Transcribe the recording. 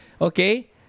okay